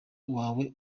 wawe